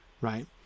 right